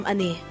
Ani